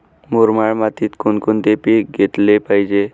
मुरमाड मातीत कोणकोणते पीक घेतले पाहिजे?